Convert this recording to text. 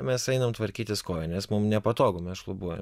mes einame tvarkytis koją nes mum nepatogu mes šlubuojam